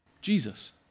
Jesus